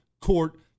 court